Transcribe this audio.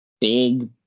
Big